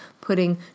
putting